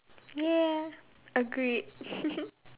yeah agreed